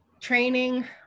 Training